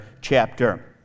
chapter